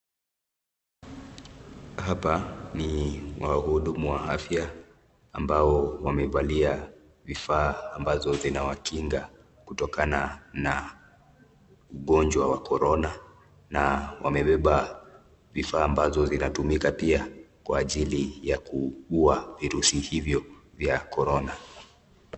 Hapa ni wahudumu wa afya ambao wamevalia vifaa ambazo zinawakinga kutokana na ugonjwa wa korona na wamebeba vifaa ambavyo vinatumika pia kwa ajili ya kuua virusi hivyo vya korona.